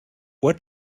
what